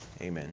Amen